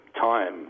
time